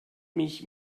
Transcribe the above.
mich